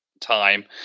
time